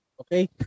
Okay